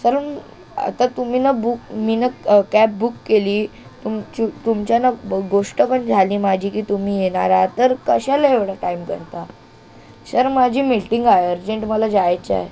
sir आता तुम्ही ना बुक मी ना कॅब बुक केली तुमची तुमच्यानं गोष्ट पण झाली माझी की तुम्ही येणार आहात तर कशाला एवढा टाइम करता सर माझी मीटिंग आहे अर्जंट मला जायचं आहे